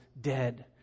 dead